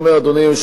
אדוני היושב-ראש,